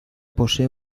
posee